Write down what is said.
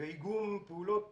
ואיגום פעולות